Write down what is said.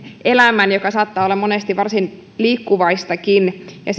elämän joka saattaa olla monesti varsin liikkuvaistakin ja